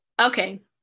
Okay